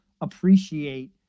appreciate